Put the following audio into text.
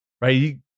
right